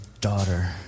daughter